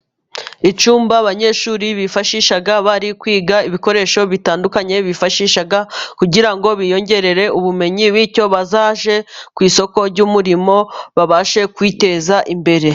Icyumba abanyeshuri bifashisha bari kwiga， ibikoresho bitandukanye bifashisha，kugira ngo biyongerere ubumenyi， bityo bazage ku isoko ry'umurimo， babashe kwiteza imbere.